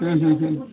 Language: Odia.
ହୁଁ ହୁଁ ହୁଁ